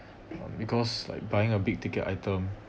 um because like buying a big ticket item